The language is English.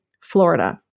Florida